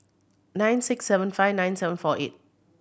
nine six seven five nine seven four eight